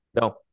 No